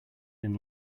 been